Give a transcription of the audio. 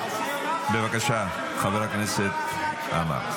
בבקשה, חבר הכנסת עמאר.